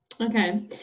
Okay